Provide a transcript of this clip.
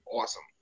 awesome